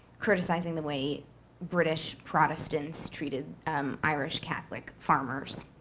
criticizing the way british protestants treated irish catholic farmers.